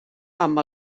amb